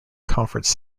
conference